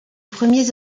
premiers